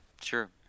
Sure